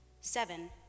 Seven